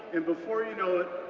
and before you know it,